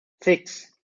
six